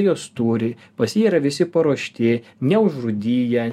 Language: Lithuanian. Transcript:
jos tūrį pasvyra visi paruošti neužrūdiję